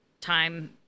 time